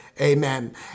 Amen